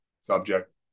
subject